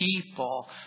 people